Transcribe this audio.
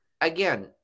again